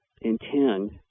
intend